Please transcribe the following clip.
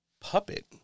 puppet